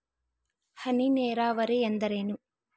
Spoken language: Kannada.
ಹನಿ ನೇರಾವರಿ ಎಂದರೇನು?